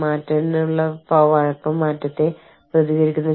മറ്റ് രാജ്യങ്ങളിൽ നിന്നുള്ള ആളുകളെ ജോലിക്കെടുക്കാൻ ആളുകൾ കൂടുതൽ തുറന്നിരിക്കുകയാണ്